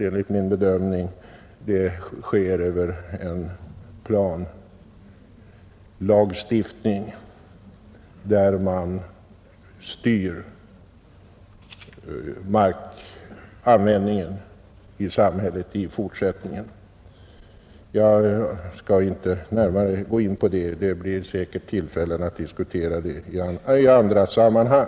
Enligt min bedömning sker detta effektivast genom en planlagstiftning för styrning av markens användning i samhället. Jag skall inte närmare gå in på denna fråga, eftersom det säkerligen blir tillfälle att diskutera den i andra sammanhang.